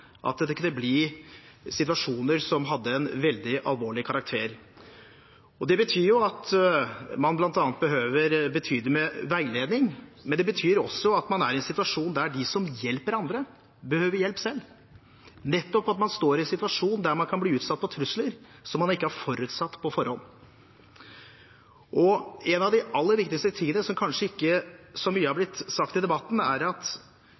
at det kunne bli situasjoner av en veldig alvorlig karakter. Det betyr at man bl.a. behøver mye veiledning, men det betyr også at man er i en situasjon der de som hjelper andre, behøver hjelp selv, at man står i en situasjon der man kan bli utsatt for trusler som man ikke har forutsett på forhånd. En av de aller viktigste tingene, som det kanskje ikke har blitt sagt så mye om i debatten, er holdninger som at